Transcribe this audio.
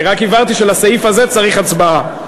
אני רק הבהרתי שלסעיף הזה צריך הצבעה.